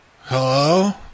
Hello